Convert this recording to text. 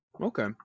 Okay